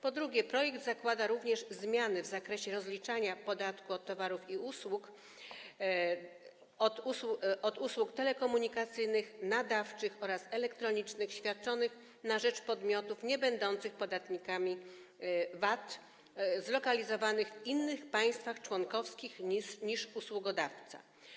Po drugie, projekt zakłada również zmiany w zakresie rozliczania podatku od towarów i usług w przypadku usług telekomunikacyjnych, nadawczych oraz elektronicznych świadczonych na rzecz podmiotów niebędących podatnikami VAT zlokalizowanych w innych państwach członkowskich niż usługodawca.